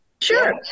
sure